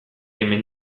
hemen